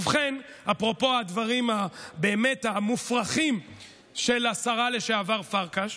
ובכן, אפרופו הדברים המופרכים של השרה לשעבר פרקש,